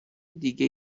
دیگه